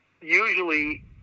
usually